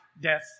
death